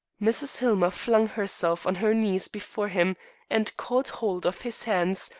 mrs. hillmer flung herself on her knees before him and caught hold of his hands,